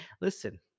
Listen